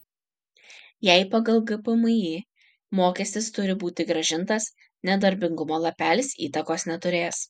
jei pagal gpmį mokestis turi būti grąžintas nedarbingumo lapelis įtakos neturės